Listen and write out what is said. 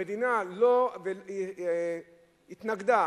המדינה התנגדה,